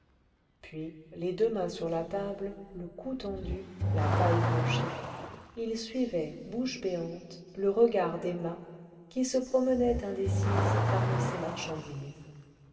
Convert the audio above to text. puis les deux mains sur la table le cou tendu la taille penchée il suivait bouche béante le regard d'emma qui se promenait indécis parmi ces marchandises